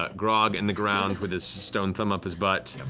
ah grog in the ground with his stone thumb up his butt,